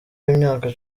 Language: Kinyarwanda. w’imyaka